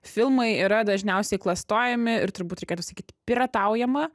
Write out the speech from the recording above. filmai yra dažniausiai klastojami ir turbūt reikėtų sakyti pirataujama